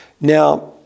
Now